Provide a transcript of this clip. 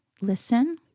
listen